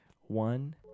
one